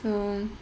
so